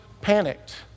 panicked